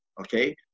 Okay